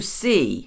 see